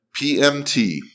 PMT